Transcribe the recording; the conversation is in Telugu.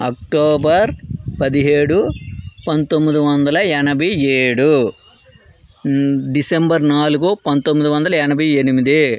అక్టోబర్ పదిహేడు పంతొమ్మిది వందల ఎనభై ఏడు డిసెంబర్ నాలుగు పంతొమ్మిది వందల ఎనభై ఎనిమిది